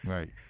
Right